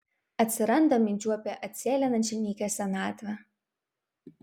atsiranda minčių apie atsėlinančią nykią senatvę